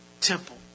Temple